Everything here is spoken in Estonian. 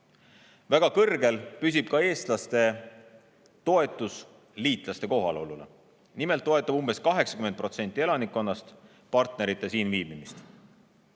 Väga kõrgel püsib ka eestlaste toetus liitlaste kohalolule. Nimelt toetab umbes 80% elanikkonnast partnerite siin viibimist.